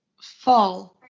fall